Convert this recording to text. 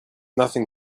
nothing